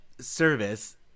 service